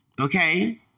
okay